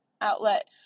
outlet